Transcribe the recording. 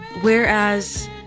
whereas